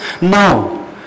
No